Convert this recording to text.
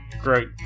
great